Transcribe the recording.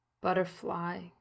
butterfly